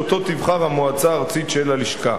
שאותו תבחר המועצה הארצית של הלשכה.